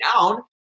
down